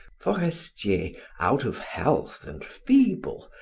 forestier, out of health and feeble,